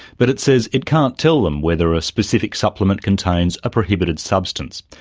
but it says it can't tell them whether a specific supplement contains a prohibited substance.